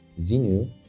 Zinu